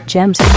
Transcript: Gems